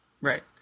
Right